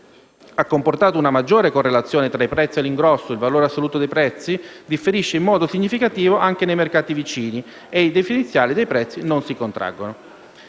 ha comportato una maggiore correlazione tra i prezzi all'ingrosso, il valore assoluto dei prezzi differisce in modo significativo anche nei mercati vicini e i differenziali dei prezzi non si contraggono.